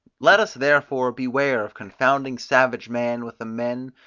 let us therefore beware of confounding savage man with the men,